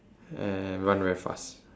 and run very fast